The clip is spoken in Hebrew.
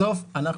בסוף אנחנו